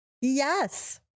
yes